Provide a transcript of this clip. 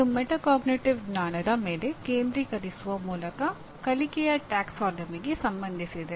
ಇದು ಮೆಟಾಕಾಗ್ನಿಟಿವ್ ಜ್ಞಾನದ ಮೇಲೆ ಕೇಂದ್ರೀಕರಿಸುವ ಮೂಲಕ ಕಲಿಕೆಯ ಪ್ರವರ್ಗಕ್ಕೆ ಸಂಬಂಧಿಸಿದೆ